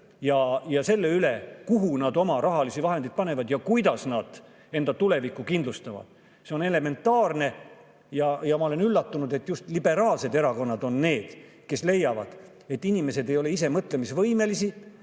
ja selle üle, kuhu nad oma rahalisi vahendeid panevad ja kuidas nad enda tulevikku kindlustavad. See on elementaarne ja ma olen üllatunud, et just liberaalsed erakonnad on need, kes leiavad, et inimesed ise ei ole mõtlemisvõimelised